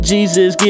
Jesus